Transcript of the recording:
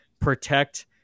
protect